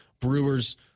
Brewers